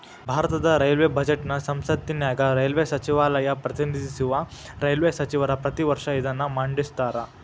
ಭಾರತದ ರೈಲ್ವೇ ಬಜೆಟ್ನ ಸಂಸತ್ತಿನ್ಯಾಗ ರೈಲ್ವೇ ಸಚಿವಾಲಯ ಪ್ರತಿನಿಧಿಸುವ ರೈಲ್ವೇ ಸಚಿವರ ಪ್ರತಿ ವರ್ಷ ಇದನ್ನ ಮಂಡಿಸ್ತಾರ